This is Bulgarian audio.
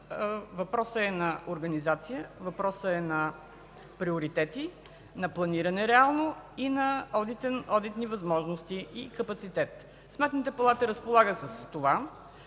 въпросът е на организация, въпросът е на приоритети, на планиране реално, на одитни възможности и капацитет. Сметната палата разполага с това.